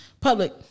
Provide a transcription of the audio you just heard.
public